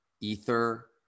ether